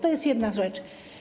To jest jedna rzecz.